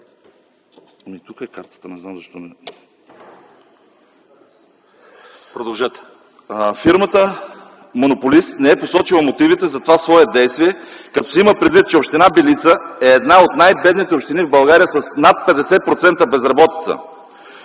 Фирмата монополист не е посочила мотивите за това свое действие, като се има предвид че община Белица е една от най-бедните общини в България с над 50% безработица.